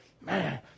man